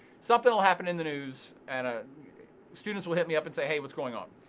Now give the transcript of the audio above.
something will happen in the news and ah students will hit me up and say, hey, what's going on?